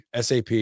SAP